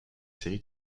série